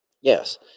Yes